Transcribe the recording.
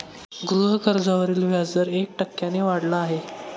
गृहकर्जावरील व्याजदर एक टक्क्याने वाढला आहे